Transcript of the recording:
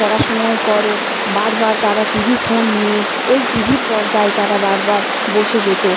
পড়াশুনোও করো বার বার তারা টিভি ফোন নিয়ে ওই টিভির পর্দায় তারা বার বার বসে যেত